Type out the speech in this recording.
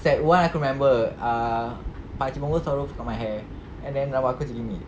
sec one aku remember uh suka my hair and then rambut aku macam gini